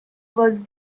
was